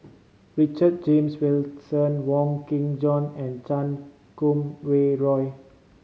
Richard James Wilkinson Wong Kin Jong and Chan Kum Wah Roy